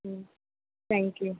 ம் thank you